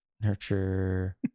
Nurture